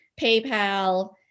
PayPal